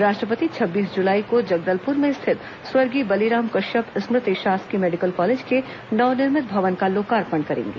राष्ट्रपति छब्बीस जुलाई को जगदलपुर में स्थित स्वर्गीय बलीराम कष्यप स्मृति शासकीय मेडिकल कॉलेज के नवनिर्मित भवन का लोकॉर्पण करेंगे